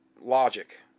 logic